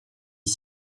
est